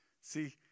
See